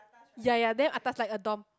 ya ya damn atas like a dorm